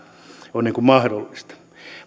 on mahdollista